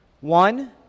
One